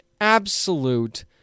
absolute